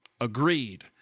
Agreed